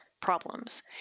problems